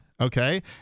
Okay